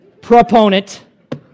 Proponent